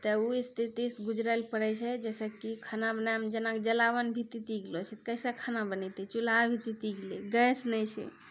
तऽ ओ स्थितिसँ गुजरय लेल पड़ै छै जाहिसँ कि खाना बनाबय लेल जेना जलावन भी तीति गेलो छै कैसँ खाना बनैतै चुल्हा भी तीति गेलै गैस नहि छै